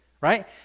right